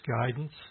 guidance